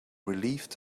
relieved